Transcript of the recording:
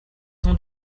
son